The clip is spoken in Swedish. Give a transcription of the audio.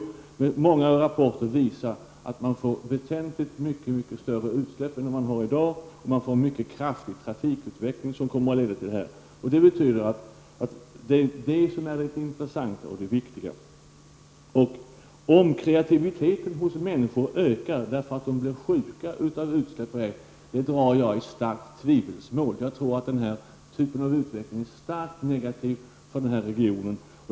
Många rapporter visar att utsläppen blir väsentligt större än vad de är i dag på grund av den kraftiga trafikutveckling som bron kommer att leda till. Att kreativiteten hos människor skulle öka på grund av att de blir sjuka av utsläppen drar jag i starkt tvivelsmål. Jag tror att den här typen av utveckling är starkt negativ för regionen.